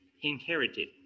inherited